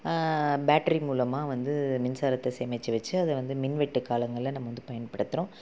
battery மூலமாக வந்து மின்சாரத்தை சேமிச்சு வச்சு அதை வந்து மின்வெட்டு காலங்களில் நம்ம வந்து பயன்படுத்துகிறோம்